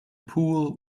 pool